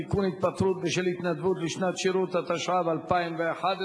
התפטרות בשל התנדבות לשנת שירות), התשע"ב 2011,